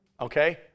Okay